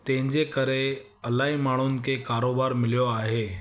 तंहिंजे करे इलाही माण्हुनि खे कारोबारु मिलियो आहे